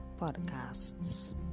podcasts